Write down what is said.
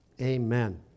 Amen